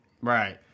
Right